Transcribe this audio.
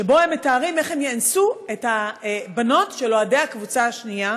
שבו הם מתארים איך הם יאנסו את הבנות של אוהדי הקבוצה השנייה.